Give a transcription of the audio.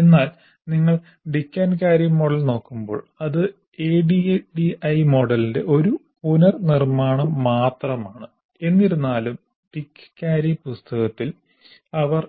എന്നാൽ നിങ്ങൾ Dick Carey model നോക്കുമ്പോൾ ഇത് ADDIE മോഡലിന്റെ ഒരു പുനർനിർമ്മാണം മാത്രമാണ് എന്നിരുന്നാലും ഡിക്ക് കാരി പുസ്തകത്തിൽ അവർ